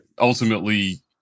Ultimately